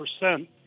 percent